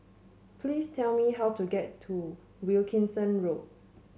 please tell me how to get to Wilkinson Road